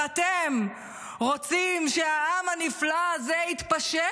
ואתם רוצים שהעם הנפלא הזה יתפשר